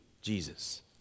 Jesus